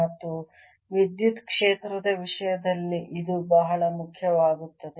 ಮತ್ತು ವಿದ್ಯುತ್ ಕ್ಷೇತ್ರದ ವಿಷಯದಲ್ಲಿ ಇದು ಬಹಳ ಮುಖ್ಯವಾಗುತ್ತದೆ